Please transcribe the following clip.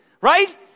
Right